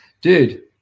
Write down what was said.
Dude